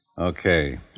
Okay